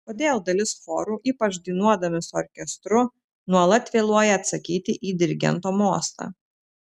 kodėl dalis chorų ypač dainuodami su orkestru nuolat vėluoja atsakyti į dirigento mostą